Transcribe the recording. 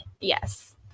yes